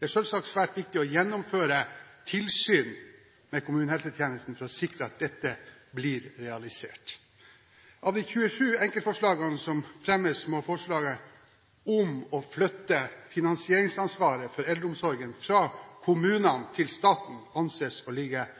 Det er selvsagt svært viktig å gjennomføre tilsyn med kommunehelsetjenesten for å sikre at dette blir realisert. Av de 27 punktene må forslaget om å flytte finansieringsansvaret for eldreomsorgen fra kommunene til staten anses å ligge